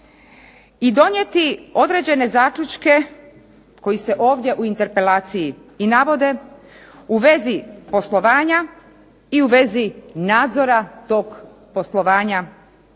i donijeti određene zaključke koji se ovdje u interpelaciji i navode u vezi poslovanja i u vezi nadzora toga poslovanja